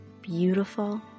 beautiful